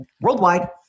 worldwide